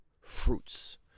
fruits